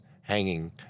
hanging